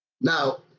Now